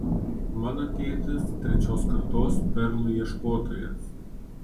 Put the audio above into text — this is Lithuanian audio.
mano tėtis trečios kartos perlų ieškotojas